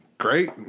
Great